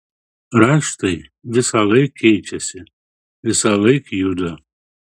raštai visąlaik keičiasi visąlaik juda